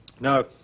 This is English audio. Now